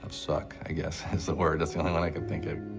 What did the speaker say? suck, i guess is the word. that's the only one i can think of.